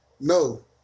No